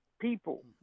people